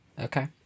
Okay